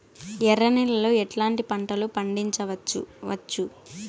ఎర్ర నేలలో ఎట్లాంటి పంట లు పండించవచ్చు వచ్చు?